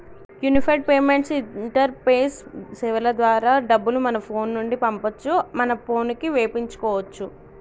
unified payments interface సేవల ద్వారా డబ్బులు మన ఫోను నుండి పంపొచ్చు మన పోనుకి వేపించుకోచ్చు